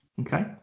okay